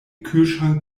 kühlschrank